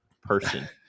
person